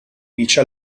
vice